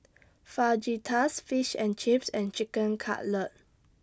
Fajitas Fish and Chips and Chicken Cutlet